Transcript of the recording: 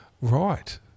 Right